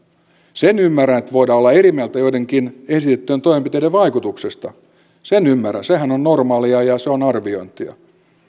sen ymmärrän että voidaan olla eri mieltä joidenkin esitettyjen toimenpiteiden vaikutuksista sen ymmärrän sehän on normaalia ja se on arviointia